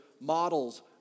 models